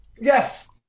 Yes